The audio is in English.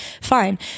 Fine